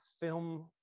film